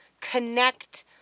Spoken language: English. connect